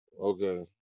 Okay